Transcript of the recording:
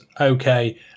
okay